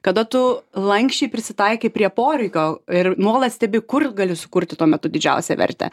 kada tu lanksčiai prisitaikai prie poreikio ir nuolat stebi kur gali sukurti tuo metu didžiausią vertę